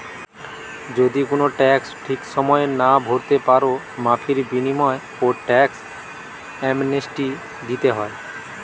যদি কুনো ট্যাক্স ঠিক সময়ে না ভোরতে পারো, মাফীর বিনিময়ও ট্যাক্স অ্যামনেস্টি দিতে হয়